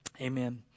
amen